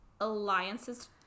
alliances